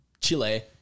Chile